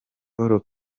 paul